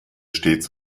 stets